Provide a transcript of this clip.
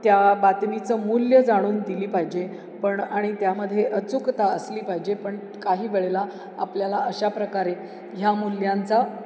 त्या बातमीचं मूल्य जाणून दिली पाहिजे पण आणि त्यामध्ये अचूकता असली पाहिजे पण काही वेळेला आपल्याला अशा प्रकारे ह्या मूल्यांचा